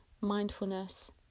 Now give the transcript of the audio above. mindfulness